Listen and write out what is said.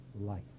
life